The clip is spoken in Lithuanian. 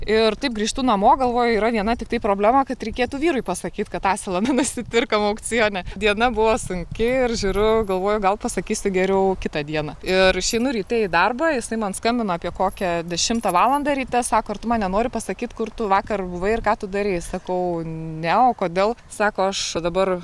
ir taip grįžtu namo galvoju yra viena tiktai problema kad reikėtų vyrui pasakyt kad asilą nusipirkom aukcione diena buvo sunki ir žiūriu galvoju gal pasakysiu geriau kitą dieną ir išeinu ryte į darbą jisai man skambina apie kokią dešimtą valandą ryte sako ar tu man nenori pasakyt kur tu vakar buvai ir ką tu darei sakau ne o kodėl sako aš dabar